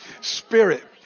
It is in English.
Spirit